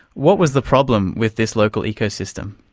what was the problem with this local ecosystem?